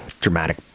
dramatic